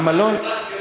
אם אתה חיפאי,